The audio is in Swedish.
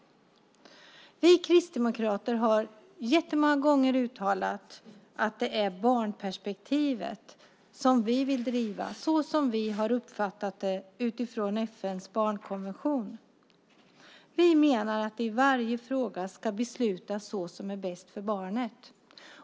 Vi kristdemokrater har många gånger uttalat att det är barnperspektivet som vi vill driva så som vi har uppfattat det utifrån FN:s barnkonvention. Vi menar att det i varje fråga ska beslutas så att det är bäst för barnet.